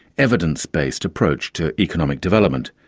evidence-based approach to economic development,